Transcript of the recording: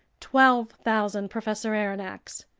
twelve thousand, professor aronnax.